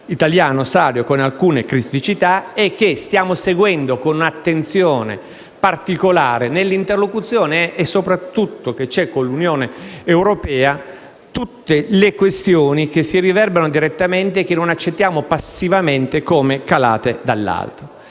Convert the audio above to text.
italiano sano con alcune criticità e stiamo seguendo con attenzione particolare, soprattutto nell'interlocuzione che c'è con l'Unione europea, tutte le questioni che si riverberano direttamente e che non accettiamo passivamente come calate dall'alto.